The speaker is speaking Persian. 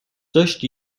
داشتی